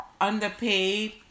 underpaid